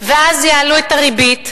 ואז יעלו את הריבית,